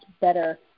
better